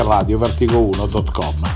RadioVertigo1.com